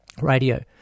radio